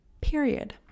Period